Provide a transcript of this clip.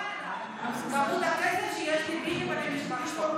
הלוואי עליי כמות הכסף שיש לביבי ולמשפחתו.